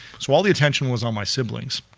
so all the attention was on my siblings.